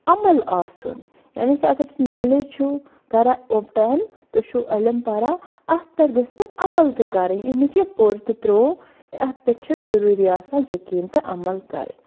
عمَل آسُن یعنی کہِ اَگر تُہۍ نالیج چھُو کران اوبٹین تُہۍ چھِو علِم پَران اَتھ پٮ۪ٹھ گژھِ پَتہٕ عمَل تہِ کَرٕنۍ یہِ نہٕ کیٚنہہ پوٚر تہٕ ترٛوو یَتھ پٮ۪ٹھ چھِ ضروٗری آسان یَقیٖن تہٕ عمَل کَرٕنۍ